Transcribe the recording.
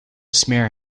smear